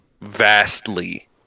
vastly